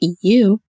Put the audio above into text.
EU